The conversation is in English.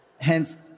hence